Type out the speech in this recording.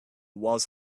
was